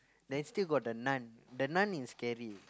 then still got The-Nun The-Nun is scary